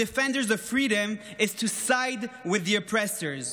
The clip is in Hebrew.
defenders of freedom is to side with the oppressors.